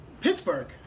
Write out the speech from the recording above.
Pittsburgh